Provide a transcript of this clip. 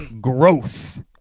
growth